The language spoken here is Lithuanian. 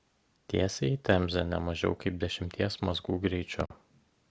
tiesiai į temzę ne mažiau kaip dešimties mazgų greičiu